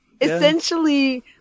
essentially